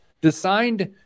designed